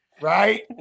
right